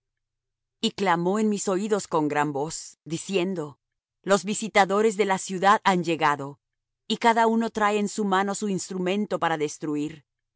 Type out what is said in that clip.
y clamo en mis oídos con gran voz diciendo los visitadores de la ciudad han llegado y cada uno trae en su mano su instrumento para destruir